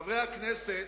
חברי הכנסת,